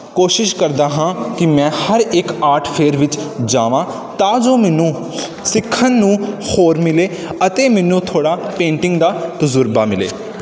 ਕੋਸ਼ਿਸ਼ ਕਰਦਾ ਹਾਂ ਕਿ ਮੈਂ ਹਰ ਇੱਕ ਆਰਟ ਫੇਅਰ ਵਿੱਚ ਜਾਵਾਂ ਤਾਂ ਜੋ ਮੈਨੂੰ ਸਿੱਖਣ ਨੂੰ ਹੋਰ ਮਿਲੇ ਅਤੇ ਮੈਨੂੰ ਥੋੜ੍ਹਾ ਪੇਂਟਿੰਗ ਦਾ ਤਜਰਬਾ ਮਿਲੇ